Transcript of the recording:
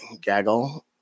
gaggle